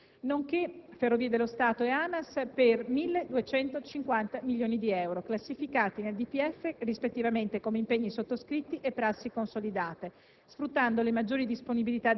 Per rendere più facile il conseguimento dell'obiettivo del 2008 il Governo, con il decreto-legge, ha anticipato alcune spese che riguardano impegni internazionali per la pace, aiuti ai Paesi in via di sviluppo per 910 milioni di euro,